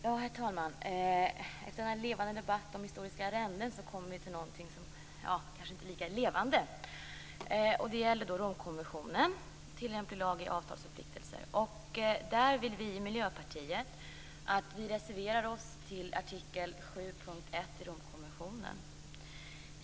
Herr talman! Efter den levande debatten om historiska arrenden kommer vi till någonting som kanske inte är lika levande. Det gäller Romkonventionen - tillämplig lag för avtalsförpliktelser. Där vill vi i Miljöpartiet att vi reserverar oss i fråga om artikel 7.1 i Romkonventionen.